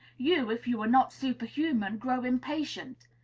you, if you are not superhuman, grow impatient.